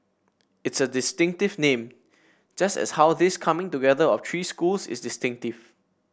it's a distinctive name just as how this coming together of three schools is distinctive